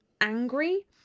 angry